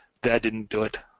that didn't do it.